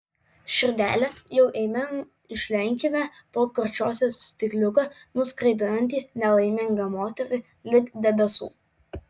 širdele jau eime ir išlenkime po karčiosios stikliuką nuskraidinantį nelaimingą moterį lig debesų